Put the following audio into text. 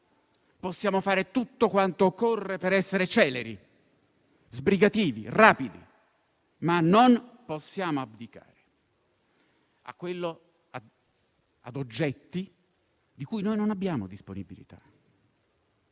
e fare tutto quanto occorre per essere celeri, sbrigativi e rapidi, ma non possiamo abdicare ad oggetti di cui non abbiamo disponibilità.